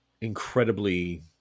incredibly